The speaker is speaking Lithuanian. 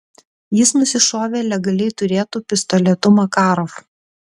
jis nusišovė legaliai turėtu pistoletu makarov